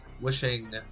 wishing